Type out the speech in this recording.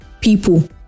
people